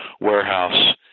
warehouse